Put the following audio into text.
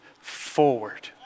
forward